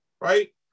right